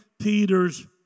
Peter's